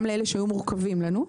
לאלה שהיו מורכבים לנו.